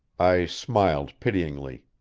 i smiled pityingly.